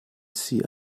sie